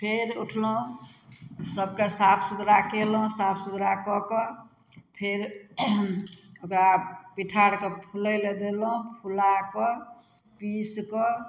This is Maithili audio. फेर उठलहुँ सबके साफ सुथरा कयलहुँ साफ सुथरा कऽ कऽ फेर ओकरा पीठारके फूलै लए देलहुँ फूला कऽ पीस कऽ